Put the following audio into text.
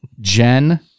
Jen